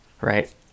right